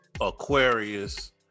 Aquarius